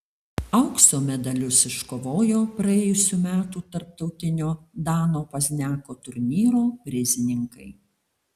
aukso medalius iškovojo praėjusių metų tarptautinio dano pozniako turnyro prizininkai